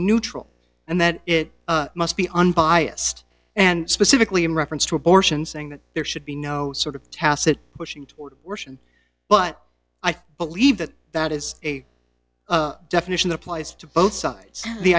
neutral and that it must be unbiased and specifically in reference to abortion saying that there should be no sort of tacit pushing toward but i believe that that is a definition that applies to both sides the